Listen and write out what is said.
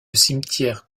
cimetière